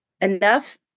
enough